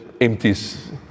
empties